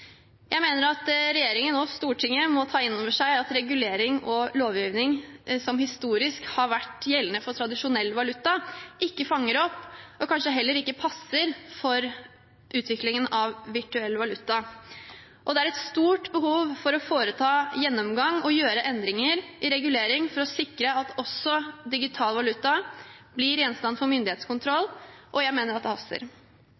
Jeg mener at regjeringen og Stortinget må ta inn over seg at regulering og lovgivning som historisk har vært gjeldende for tradisjonell valuta, ikke fanger opp og kanskje heller ikke passer for utviklingen av virtuell valuta. Det er et stort behov for å foreta en gjennomgang og gjøre endringer i regulering for å sikre at også digital valuta blir gjenstand for